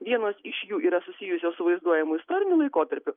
vienos iš jų yra susijusios su vaizduojamu istoriniu laikotarpiu